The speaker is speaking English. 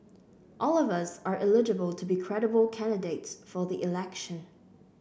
all of us are eligible to be credible candidates for the election